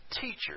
Teacher